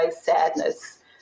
sadness